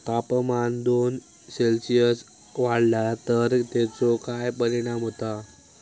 तापमान दोन सेल्सिअस वाढला तर तेचो काय परिणाम होता?